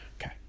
Okay